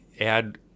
add